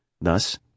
Thus